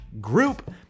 group